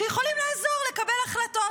שיכולים לעזור לקבל החלטות.